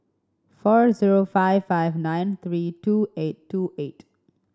four zero five five nine three two eight two eight